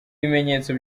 bimenyetso